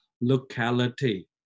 locality